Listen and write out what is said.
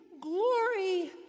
glory